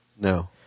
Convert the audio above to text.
No